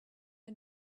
are